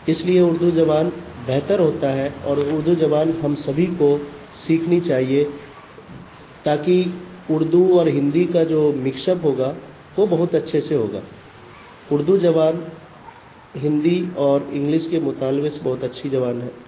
اس لیے اردو زبان بہتر ہوتا ہے اور اردو زبان ہم سبھی کو سیکھنی چاہیے تاکہ اردو اور ہندی کا جو مکس اپ ہوگا وہ بہت اچھے سے ہوگا اردو زبان ہندی اور انگلش کے مطالبے سے بہت اچھی زبان ہے